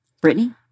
Brittany